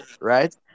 right